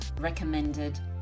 recommended